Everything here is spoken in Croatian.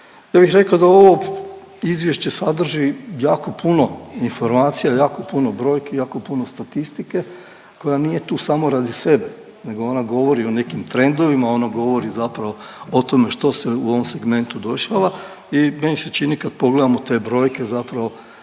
Ja bih rekao da ovo izvješće sadrži jako puno informacija, jako puno brojki, jako puno statistike koja nije tu samo radi sebe, nego ona govori o nekim trendovima, ona govori zapravo o tome što se u ovom segmentu dešava i meni se čini, kad pogledam u te brojke zapravo